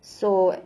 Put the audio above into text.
so